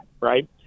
right